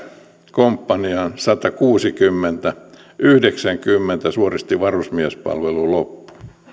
komppaniaan satakuusikymmentä joista yhdeksänkymmentä suoritti varusmiespalvelun loppuun